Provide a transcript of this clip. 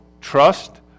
trust